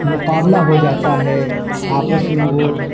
مقابلہ ہو جاتا ہے آپس میں وہ